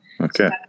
okay